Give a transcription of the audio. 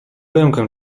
rękę